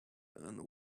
and